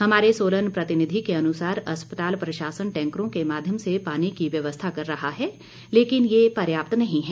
हमारे सोलन प्रतिनिधि के अनुसार अस्पताल प्रशासन टैंकरों के माध्यम से पानी की व्यवस्था कर रहा है लेकिन यह पर्याप्त नहीं है